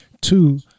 Two